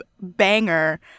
banger